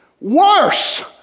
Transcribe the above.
worse